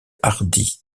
hardy